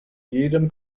jedem